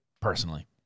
personally